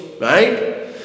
right